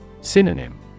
Synonym